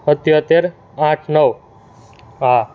સિત્યોતેર આઠ નવ હા